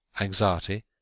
anxiety